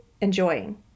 enjoying